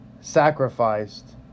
sacrificed